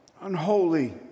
unholy